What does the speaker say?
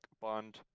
bond